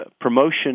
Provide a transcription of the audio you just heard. promotion